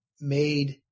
made